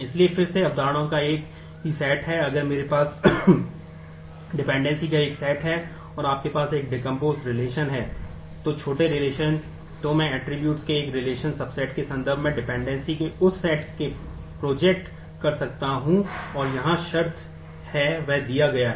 इसलिए फिर से अवधारणाओं का एक ही सेट कर सकता हूं और यहां शर्त है वह दिया गया है